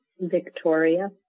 Victoria